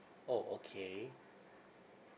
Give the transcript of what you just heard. orh okay